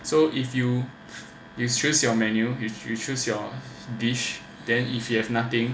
so if you you choose your menu you choose your dish then if you have nothing